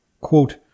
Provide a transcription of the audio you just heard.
quote